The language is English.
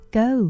go